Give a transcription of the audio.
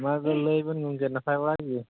ᱢᱟ ᱟᱫᱚ ᱞᱟᱹᱭ ᱵᱮᱱ ᱜᱚᱝᱠᱮ ᱱᱟᱯᱟᱭ ᱵᱟᱲᱟ ᱜᱮ